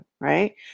right